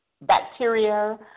bacteria